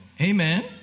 Amen